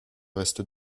reste